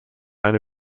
eine